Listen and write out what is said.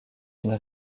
une